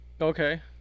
Okay